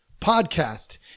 podcast